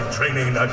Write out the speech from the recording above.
Training